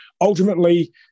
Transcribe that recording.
ultimately